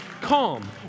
calm